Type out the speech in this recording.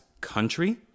country